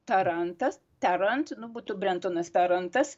tarantas terant nu būtų brentonas terantas